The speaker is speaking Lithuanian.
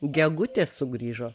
gegutė sugrįžo